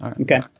Okay